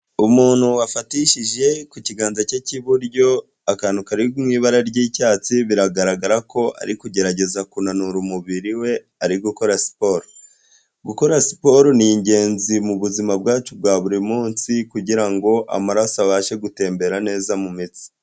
Umuntu wafatishije ku kiganza cye cy'iburyo akantu kari mu ibara ry'icyatsi, biragaragara ko ari kugerageza kunanura umubiri we, ari gukora siporo. Gukora siporo ni ingenzi mu buzima bwacu bwa buri munsi kugira ngo amaraso abashe gutembera neza mu mitsi.